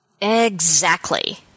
Exactly